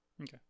Okay